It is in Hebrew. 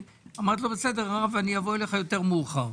אמרתי לו 'בסדר, אני אבוא אליך יותר מאוחר'.